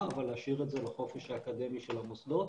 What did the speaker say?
ולהשאיר את זה לחופש האקדמי של המוסדות